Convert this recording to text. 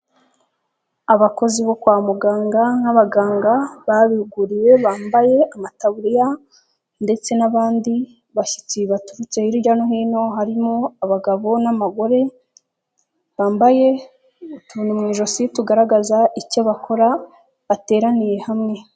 Abakozi bo kwa muganga nk'abaganga babihuguriwe bambaye amataburiya ndetse n'abandi bashyitsi baturutse hirya no hino harimo abagabo n'abagore bambaye utuntu mu ijosi tugaragaza icyo bakora bateraniye hamwe.